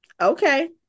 Okay